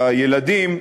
ועל הילדים,